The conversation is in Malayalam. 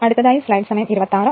ഇതാണ് 28ാം സമവാക്യം